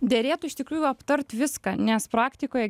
derėtų iš tikrųjų aptart viską nes praktikoje